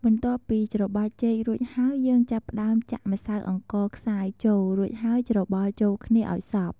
បន្ទាប់់ពីច្របាច់ចេករួចហើយយើងចាប់ផ្ដើមចាក់ម្សៅអង្ករខ្សាយចូល រួចហើយច្របល់ចូលគ្នាឱ្យសព្វ។